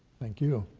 thank you.